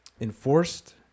enforced